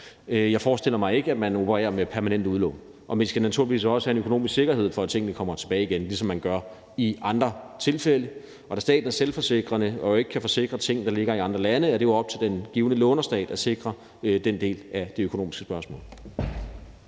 Jeg forestiller mig ikke, at man opererer med permanente udlån. Vi skal naturligvis også have en økonomisk sikkerhed for, at tingene kommer tilbage igen, ligesom man gør i andre tilfælde, og da staten er selvforsikrende og ikke kan forsikre ting, der ligger i andre lande, er det jo op til den givne lånerstat at sikre den del af det økonomiske spørgsmål.